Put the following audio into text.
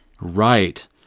Right